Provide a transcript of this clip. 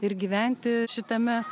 ir gyventi šitame